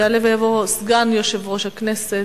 יעלה ויבוא סגן יושב-ראש הכנסת,